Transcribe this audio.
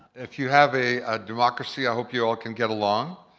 if you have a ah democracy, i hope you all can get along,